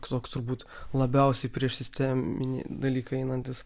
toks turbūt labiausiai prieš sisteminį dalyką einantis